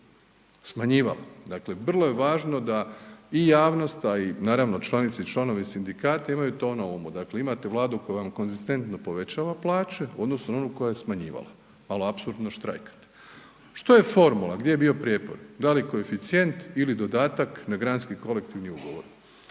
smanjivala, dakle vrlo je važno da i javnost, a i naravno, članice i članovi sindikata imaju to na umu, dakle imate Vladu koja vam konzistentno povećava plaće u odnosu na onu koja je smanjivala, al apsurdno štrajkate. Što je formula? Gdje je bio prijepor? Da li koeficijent ili dodatak na granski kolektivi ugovor?